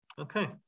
Okay